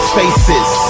faces